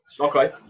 Okay